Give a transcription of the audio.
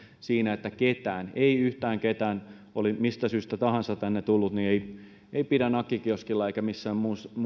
siinä että ketään yhtään ketään oli mistä syystä tahansa tänne tullut ei pidä nakkikioskilla eikä missään